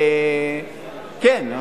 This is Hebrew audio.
תן לו,